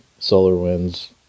SolarWinds